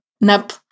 nap